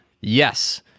Yes